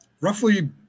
roughly